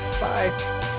Bye